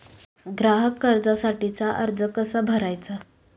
ग्राहक कर्जासाठीचा अर्ज कसा भरायचा?